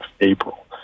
April